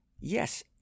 yes